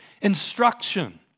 Instruction